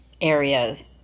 areas